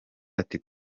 ati